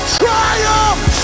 triumph